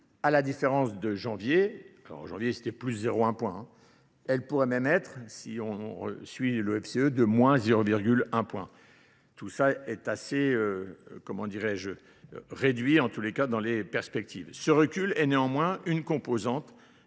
à la différence de janvier. En janvier, c'était plus 0,1. Elle pourrait même être, si on suit l'OFCE, de moins 0,1. Tout ça est assez, comment dirais-je, réduit en tous les cas dans les perspectives. Ce recul est néanmoins une composante